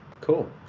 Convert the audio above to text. Cool